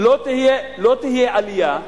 לא תהיה עלייה,